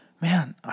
man